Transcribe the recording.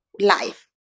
life